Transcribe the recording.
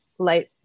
Light